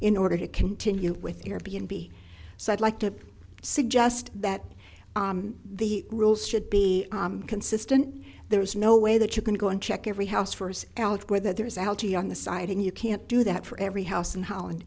in order to continue with your b and b so i'd like to suggest that the rules should be consistent there is no way that you can go and check every house first elsewhere that there is algae on the side and you can't do that for every house in holland